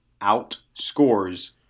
outscores